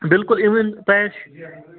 بِلکُل اِوٕن تۄہہِ آسہِ